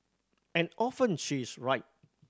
and often she is right